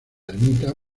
ermita